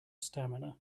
stamina